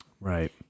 Right